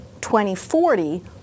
2040